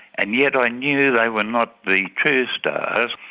and yet i knew they were not the true stars